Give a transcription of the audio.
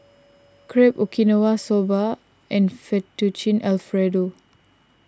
Crepe Okinawa Soba and Fettuccine Alfredo